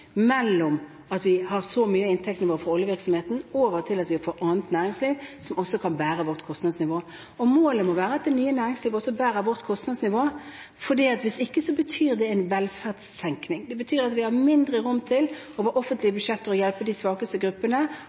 at så mye av inntekten vår kommer fra oljevirksomheten, over til at vi får annet næringsliv som også kan bære vårt kostnadsnivå. Målet må være at det nye næringslivet også bærer vårt kostnadsnivå, for hvis ikke betyr det en velferdssenkning. Det betyr at vi har mindre rom til å hjelpe de svakeste gruppene over offentlige budsjetter, og